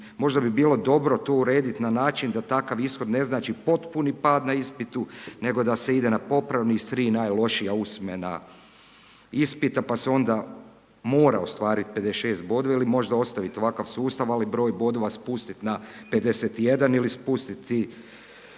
možda bi bilo dobro to uredit na način da takav ishod ne znači potpuni pad na ispitu, nego da se ide na popravni iz tri najlošija usmena ispita pa se onda mora ostvarit 56 bodova ili možda ostavit ovakav sustav, ali broj bodova spustit na 51 ili spustiti